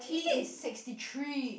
T is sixty three